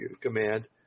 command